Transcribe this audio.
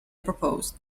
proposed